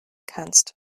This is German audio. kannst